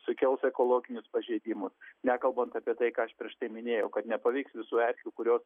sukels ekologinius pažeidimus nekalbant apie tai ką aš prieš tai minėjau kad nepaveiks visų erkių kurios